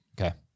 Okay